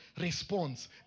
response